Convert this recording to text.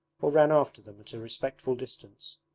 or ran after them at a respectful distance.